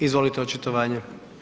Izvolite očitovanje.